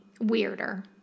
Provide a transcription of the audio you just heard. weirder